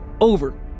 over